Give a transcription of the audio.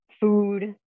food